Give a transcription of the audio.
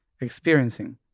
experiencing